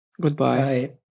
Goodbye